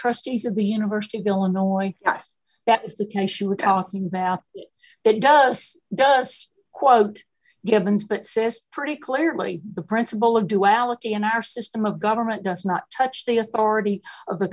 trustees of the university of illinois yes that is the case you were talking about it does does quote givens but says pretty clearly the principle of duality in our system of government does not touch the authority